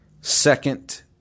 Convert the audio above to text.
second